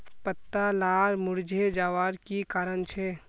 पत्ता लार मुरझे जवार की कारण छे?